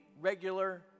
regular